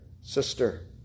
sister